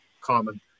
common